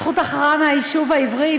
זכות הכרעה מהיישוב העברי,